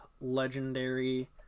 Legendary